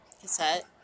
cassette